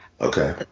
Okay